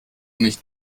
nicht